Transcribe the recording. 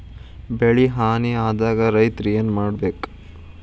ಬೆಳಿ ಹಾನಿ ಆದಾಗ ರೈತ್ರ ಏನ್ ಮಾಡ್ಬೇಕ್?